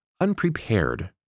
unprepared